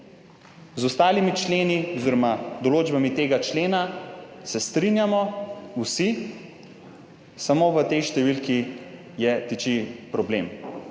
Z ostalimi členi oziroma določbami tega člena se strinjamo vsi, samo v tej številki je, tiči problem.